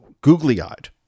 googly-eyed